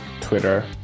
Twitter